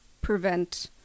prevent